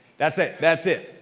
that's it, that's it.